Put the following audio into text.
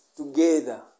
Together